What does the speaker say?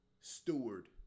steward